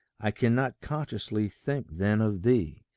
i cannot consciously think then of thee.